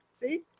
see